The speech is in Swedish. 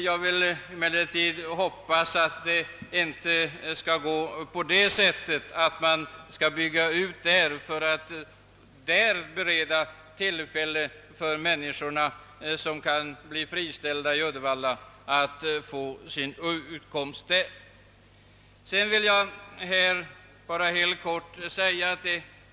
Jag vill emellertid hoppas att det inte skall gå på det sättet att man bygger ut i Göteborg för att där bereda tillfälle för dem som kan bli friställda i Uddevalla att få sin utkomst.